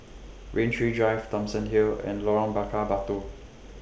Rain Tree Drive Thomson Hill and Lorong Bakar Batu